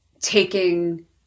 taking